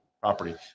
property